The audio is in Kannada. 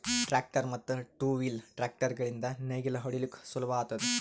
ಟ್ರ್ಯಾಕ್ಟರ್ ಮತ್ತ್ ಟೂ ವೀಲ್ ಟ್ರ್ಯಾಕ್ಟರ್ ಗಳಿಂದ್ ನೇಗಿಲ ಹೊಡಿಲುಕ್ ಸುಲಭ ಆತುದ